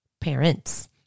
parents